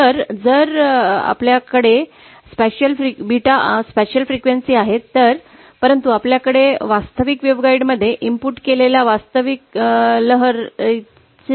तर जर 𝜷 अवकाशीय वारंवारता आहे तर परंतु आपण वास्तविक वेव्हगाईडमध्ये इनपुट केलेले वास्तविक लहर ƛ असते